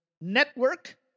Network